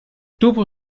tuvo